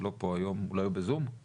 כי